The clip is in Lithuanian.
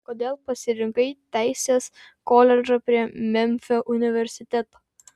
kodėl pasirinkai teisės koledžą prie memfio universiteto